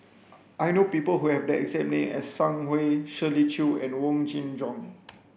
I know people who have the exact name as Sang Hui Shirley Chew and Wong Kin Jong